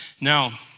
Now